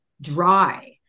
dry